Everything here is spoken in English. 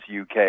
uk